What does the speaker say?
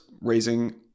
raising